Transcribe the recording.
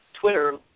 Twitter